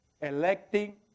electing